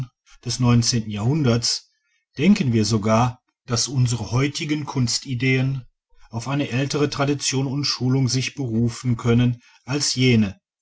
des neunzehnten jahrhunderts denken wir sogar daß unsere heutigen kunstideen auf eine ältere tradition und schulung sich berufen können als jene